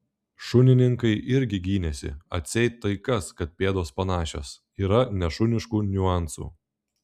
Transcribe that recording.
šunininkai irgi gynėsi atseit tai kas kad pėdos panašios yra nešuniškų niuansų